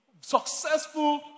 successful